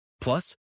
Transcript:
Plus